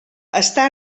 està